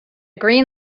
green